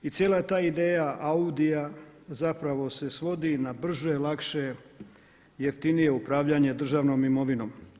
I cijela ta ideja AUDI-a zapravo se svodi na brže, lakše i jeftinije upravljanje državnom imovinom.